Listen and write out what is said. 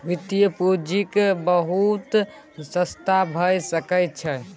वित्तीय पूंजीक बहुत रस्ता भए सकइ छै